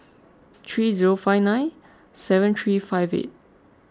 three zero five nine seven three five eight